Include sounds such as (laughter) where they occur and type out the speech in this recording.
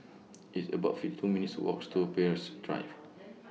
(noise) It's about fifty two minutes' Walks to Peirce Drive (noise)